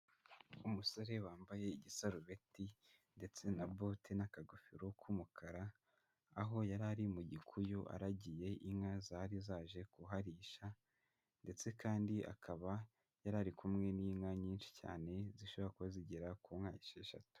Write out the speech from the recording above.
Umusore wambaye igisarubeti ndetse na bote n'akagofero k'umukara, aho yari ari mu gikuyu aragiye inka zari zaje kuharisha ndetse kandi akaba yari ari kumwe n'inka nyinshi cyane zishobora kuba zigera ku nka esheshatu.